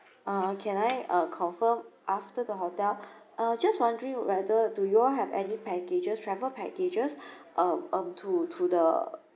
uh can I uh confirm after the hotel uh just wondering whether do you all have any packages travel packages um um to to the